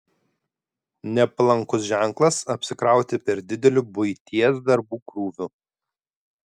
nepalankus ženklas apsikrauti per dideliu buities darbų krūviu